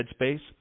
headspace